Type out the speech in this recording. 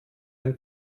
ein